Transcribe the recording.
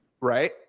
Right